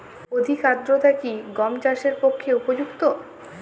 অধিক আর্দ্রতা কি গম চাষের পক্ষে উপযুক্ত?